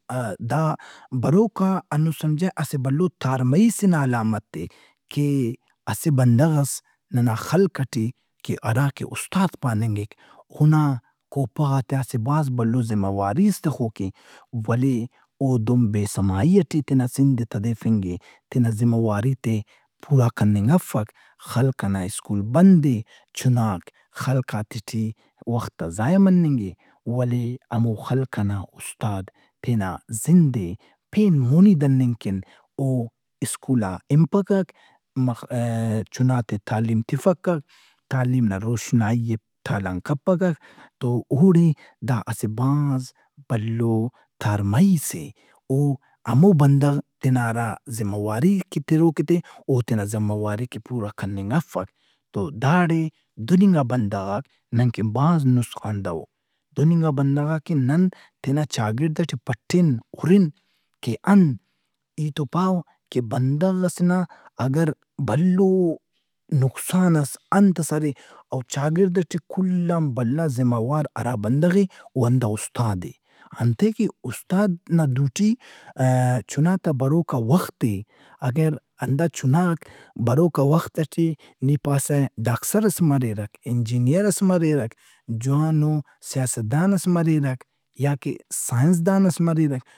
ا- دا بروکا ہندن سمجھہ اسہ بھلو تارمئی سے نا علامت اے کہ اسہ بندغ ئس ننا خلق ئٹی کہ ہراکہ استاد پاننگک۔ اونا کوپغاتے آ اسہ بھاز بھلو ذمہ واریِس تخوک اے ولے اودہن بے سمائی ئٹے تینا زند ئے تدیفنگ اے، تینا ذمہ واری تے پورا کننگ افک۔ خلق ئنا سکول بند اے۔ چُناک خلقاتے ٹی وخت تا ضائع مننگ اے ولے ہموخلق ئنا اُستاد تینا زندئے پین وُہ دننگ کن او سکول آ ہنپکک، چُنات ئے تعلیم تفکک، تعلیم نا روشنائی ئے تالان کپکک۔ تو اوڑے دا اسہ بھاز بھلو تارمئیس اے۔ او ہمو بندغ تینا ہرا ذمہ واری ئے تروک اے تہِ او تینا ذمہ واریک ئے پورا کننگ افک۔ تو داڑے دہننگا بندغاک نن کہ بھاز نسخان دہ او۔ دہننگا بندغاک ئے نن تینا چاگڑد ئٹے پٹِن ہُرن کہ انت ای تو پاوہ کہ بندغ ئسے نا اگربھلو نقصان ئس انتس ارے او چاگڑد ئٹی کل آن بھلا ذمہ وارارا بندغ اے؟ او ہندا اُستاد اے۔ انتئے کہ استاد نا دوٹی چُناتا بروکا وخت اے۔ اگہ ہندا چُناک بروکا وخت ئٹے نی پاسہ ڈاکسرس مریرک، انجینئیرس مریرک، جوانو سیاستدانس مریرک یاکہ سائنسدانس مریرک۔